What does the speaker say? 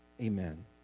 Amen